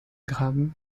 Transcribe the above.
gram